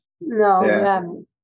No